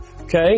Okay